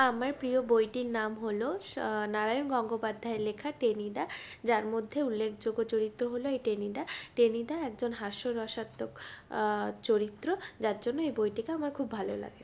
আমার প্রিয় বইটির নাম হলো নারায়ণ গঙ্গোপাধ্যায়ের লেখা টেনিদা যার মধ্যে উল্লেখযোগ্য চরিত্র হলো এই টেনিদা টেনিদা একজন হাস্যরসাত্মক চরিত্র যার জন্য এই বইটিকে আমার খুব ভালো লাগে